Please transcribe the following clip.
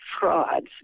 frauds